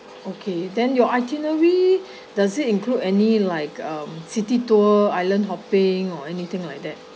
okay then your itinerary does it include any like um city tour island hopping or anything like that